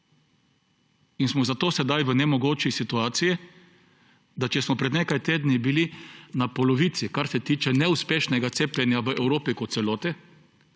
in smo zato sedaj v nemogoči situaciji. Če smo bili pred nekaj tedni na polovici, kar se tiče neuspešnega cepljenja v Evropi kot celoti